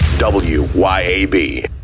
W-Y-A-B